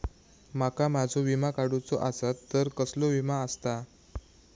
माका माझो विमा काडुचो असा तर कसलो विमा आस्ता?